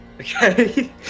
Okay